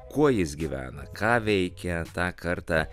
kuo jis gyvena ką veikė tą kartą